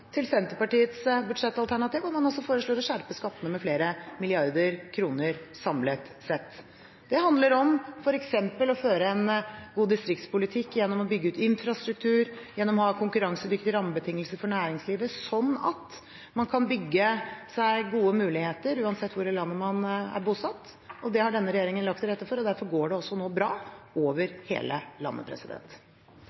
til Senterpartiets budsjettalternativ, hvor man foreslår å skjerpe skattene med flere milliarder kroner samlet sett. Det handler om f.eks. å føre en god distriktspolitikk gjennom å bygge ut infrastruktur og gjennom å ha konkurransedyktige rammebetingelser for næringslivet, slik at man kan bygge seg gode muligheter uansett hvor i landet man er bosatt. Det har denne regjeringen lagt til rette for, og derfor går det også nå bra over